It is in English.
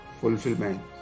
fulfillment